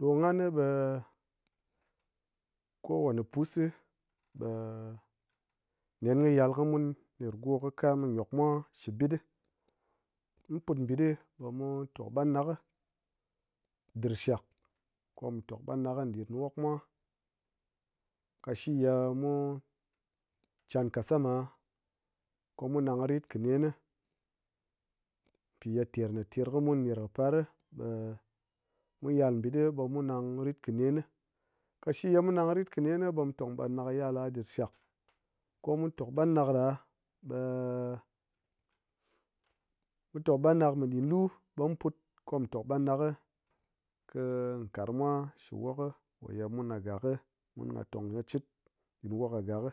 Ɗo nghani ɓe kowane pus ɓe-e nen kɨ yal kɨmun ner kɨ go kɨ kam kɨ ngyok mwa shi ɓɨt ɗi, mu put ɓɨt ɗi ɓe mu tok ɓangɗak ɗirshak komu tok ɓangɗak ɗin wokmwa kashi ye mu chan kassama komu nang rit kɨ nen pi ye ter ma ter kɨ mun ner par ɓe mu yal mbitɗi ɓe mu nang ritkɨ nen, kashi ye mu nang rit kɨ nen ni ɓe mu tok ɓang ngha yal la dirshak komu tok ɓanɗak ɗa ɓe mu tok ɓangɗak mi ɗin lu ɓe mu put kɨ mu tok ɓangɗak kɨ kɨ karangmwa shi wok kɨ ko ye mun kɨ gak ki. mun potong kɨchit ɗin wok gak.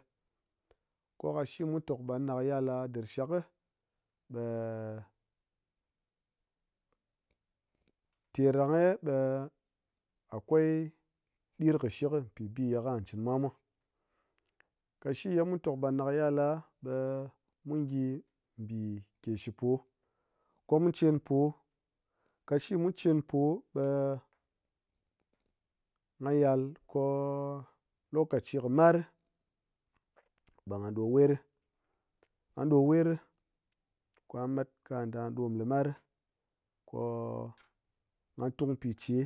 Ko kashi mu tok ɓangɗak yalla ɗirshakɨ ɓe ter ɗang gye ɓe akwai ɗirkishik pi bi ye ka̱ chinmwa mwa, kashi ye mu tok ɓangɗak yalla ɓe mu gyi mbi keshipo ko mu chenpo, kashi mu chen po, ɓe ngha yal ko-o lokachi kɨ mar ɓe ngha ɗo wer, ngha ɗo wer ko ngha mat ka̱ gha da̱ ɗom limar ri ko-o ngha tung piche